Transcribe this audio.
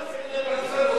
ועכשיו מציעים לטרנספר אותם,